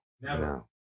no